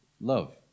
love